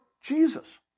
Jesus